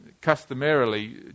customarily